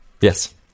Yes